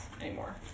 anymore